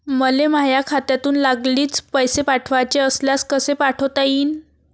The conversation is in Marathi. मले माह्या खात्यातून लागलीच पैसे पाठवाचे असल्यास कसे पाठोता यीन?